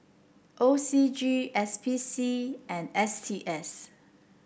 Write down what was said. O C G S P C and S T S